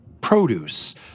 produce